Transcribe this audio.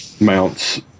mounts